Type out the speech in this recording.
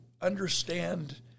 understand